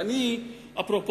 אפרופו